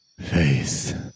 faith